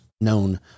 known